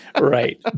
Right